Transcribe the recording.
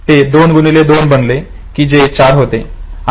ते 2 x 2 बनले जे 4 होते